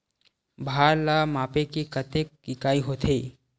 भार ला मापे के कतेक इकाई होथे?